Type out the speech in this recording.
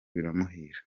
biramuhira